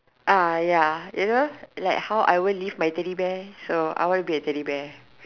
uh ya you know like how I won't leave my Teddy bear so I want to be a Teddy bear